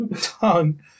tongue